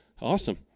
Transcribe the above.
Awesome